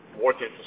working